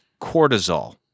cortisol